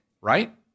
right